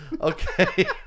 Okay